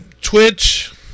Twitch